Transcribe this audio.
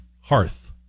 hearth